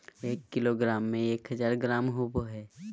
एक किलोग्राम में एक हजार ग्राम होबो हइ